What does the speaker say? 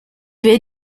will